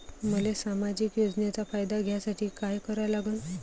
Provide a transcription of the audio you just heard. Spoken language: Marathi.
मले सामाजिक योजनेचा फायदा घ्यासाठी काय करा लागन?